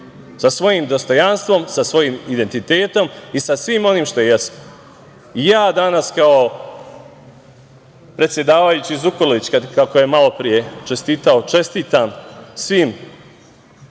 sa svojim dostojanstvom, sa svojim identitetom i sa svim onim što jesmo. Ja danas, kao predsedavajući Zukorlić, kako je malopre čestitao, čestitam svim